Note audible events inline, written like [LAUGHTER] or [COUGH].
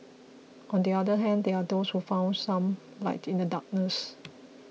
on the other hand there are those who found some light in the darkness [NOISE]